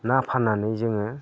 ना फाननानै जोङो